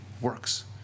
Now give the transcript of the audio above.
works